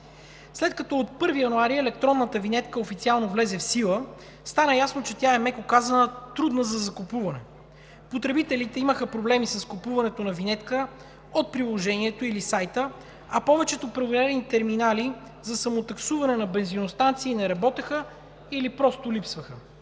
След като от 1 януари електронната винетка официално влезе в сила, стана ясно, че тя е, меко казано, трудна за закупуване. Потребителите имаха проблеми с купуването на винетка от приложението или сайта, а повечето проверени терминали за самотаксуване на бензиностанции не работеха или просто липсваха.